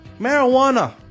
marijuana